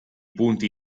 punti